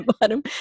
bottom